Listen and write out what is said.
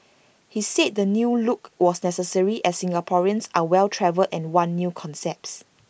he says the new look was necessary as Singaporeans are well travelled and want new concepts